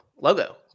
Logo